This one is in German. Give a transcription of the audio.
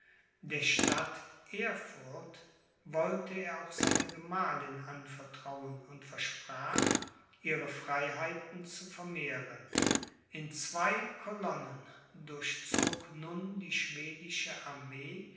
der stadt erfurt wollte er auch seine gemahlin anvertrauen und versprach ihre freiheiten zu vermehren in zwei colonnen durchzog nun die schwedische armee